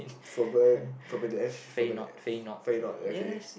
fair not okay